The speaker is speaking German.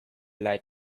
leid